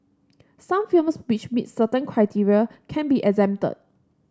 some films which meet certain criteria can be exempted